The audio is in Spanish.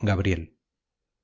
gabriel